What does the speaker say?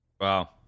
Wow